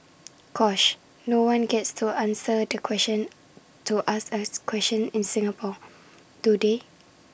gosh no one gets to answer the question to ask as question in Singapore do they